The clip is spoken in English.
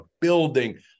building